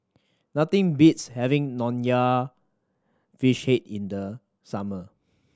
nothing beats having Nonya Fish Head in the summer